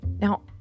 Now